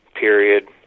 period